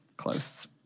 close